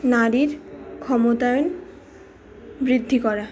নারীর ক্ষমতার বৃদ্ধি করা